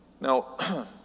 Now